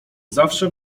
zawsze